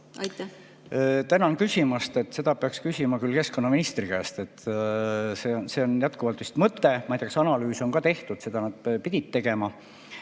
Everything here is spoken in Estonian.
ei ole. Tänan küsimast, aga seda peaks küsima keskkonnaministri käest. See on jätkuvalt vist mõte. Ma ei tea, kas analüüs on tehtud, seda nad pidid tegema.